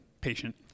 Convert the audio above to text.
patient